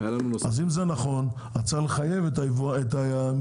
אם זה נכון, צריך לחייב את היבואנים.